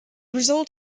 result